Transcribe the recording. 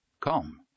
Come